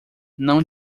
não